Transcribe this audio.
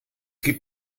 gibt